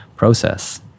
process